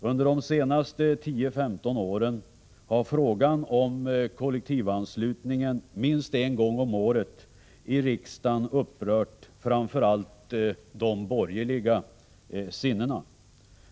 Under de senaste 10-15 åren har frågan om kollektivanslutningen minst en gång om året i riksdagen upprört framför allt de borgerliga sinnena.